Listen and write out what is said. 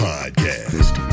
Podcast